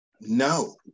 no